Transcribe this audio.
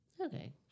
Okay